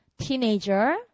teenager